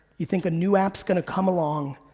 you think a new app's gonna come along.